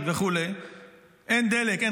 דלק, סולרי וכו'.